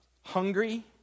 hungry